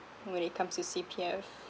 when it comes to C_P_F